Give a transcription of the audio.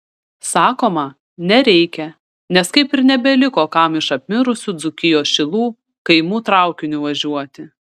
sakoma nereikia nes kaip ir nebeliko kam iš apmirusių dzūkijos šilų kaimų traukiniu važiuoti